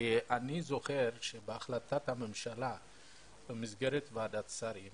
אני זוכר שבהחלטת הממשלה במסגרת ועדת שרים